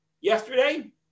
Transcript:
yesterday